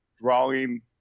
drawing